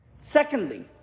Secondly